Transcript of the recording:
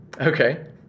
Okay